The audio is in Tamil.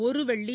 ஒரு வெள்ளி